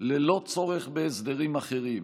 ללא צורך בהסדרים אחרים,